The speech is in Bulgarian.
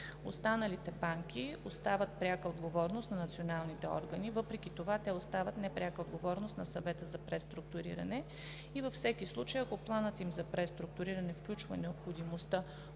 Другите банки остават на пряка отговорност на националните органи, въпреки това те остават на непряка отговорност на Съвета за преструктуриране. Във всеки случай, ако планът им за преструктуриране включва необходимостта